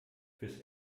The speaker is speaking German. fürs